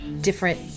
different